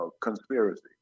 conspiracy